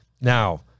Now